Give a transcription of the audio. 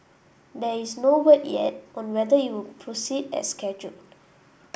there is no word yet on whether you proceed as scheduled